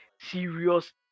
serious